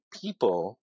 people